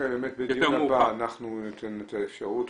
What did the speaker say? אוקיי, בדיון הבא אנחנו ניתן את האפשרות.